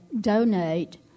donate